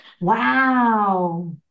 Wow